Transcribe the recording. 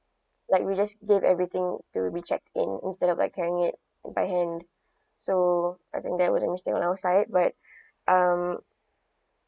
like we just give everything till we check in instead of like carrying it by hand so I think that were a mistake on our side but um